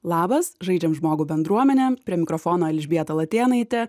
labas žaidžiam žmogų bendruomene prie mikrofono elžbieta latėnaitė